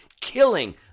Killing